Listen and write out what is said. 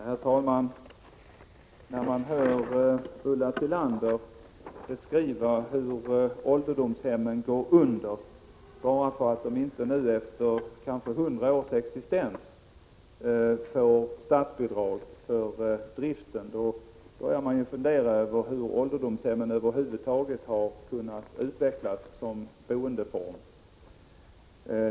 Herr talman! När man hör Ulla Tillander beskriva hur ålderdomshemmen går under bara därför att de inte nu, efter kanske 100 års existens, får statsbidrag för driften, börjar man fundera över hur de över huvud taget har kunnat utvecklas som boendeform.